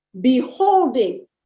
beholding